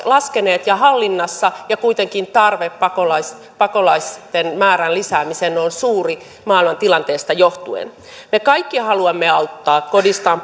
laskeneet ja hallinnassa ja kuitenkin tarve pakolaisten pakolaisten määrän lisäämiseen on suuri maailman tilanteesta johtuen me kaikki haluamme auttaa kodistaan